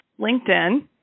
LinkedIn